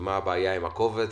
מה הבעיה עם הקובץ,